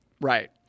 Right